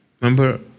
remember